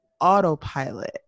autopilot